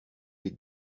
les